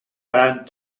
band